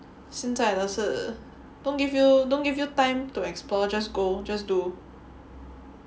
现在的是 don't give you don't give you time to explore just go just do